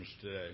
today